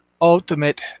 ultimate